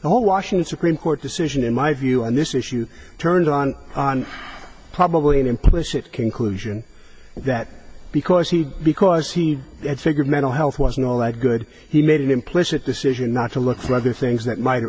all washington supreme court decision in my view on this issue turned on on probably an implicit conclusion that because he because he figured mental health wasn't all that good he made an implicit decision not to look for other things that might